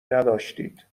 نداشتید